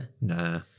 Nah